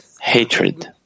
hatred